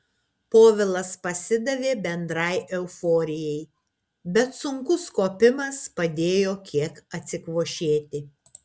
povilas pasidavė bendrai euforijai bet sunkus kopimas padėjo kiek atsikvošėti